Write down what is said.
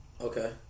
Okay